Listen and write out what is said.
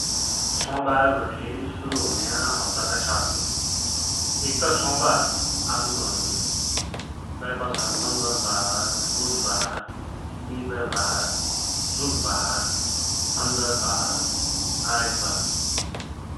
सौवार वठेइ सुरु हुन्या हप्ताका सात दिनः एक त सौवार आफुइमा होइग्यो, तै पाछा मंगलवार, बुधवार, विपैबार, शुकबार, छन्जरवार, आइतवार ।